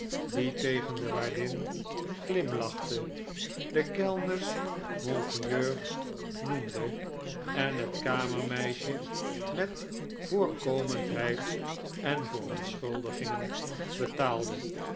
die tegen de waardin glimlachte de kellners monsieur noemde en het kamermeisje met voorkomendheid en verontschuldigingen betaalde